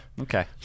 Okay